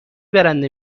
برنده